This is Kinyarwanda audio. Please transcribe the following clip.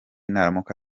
naramuka